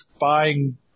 buying